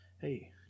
Hey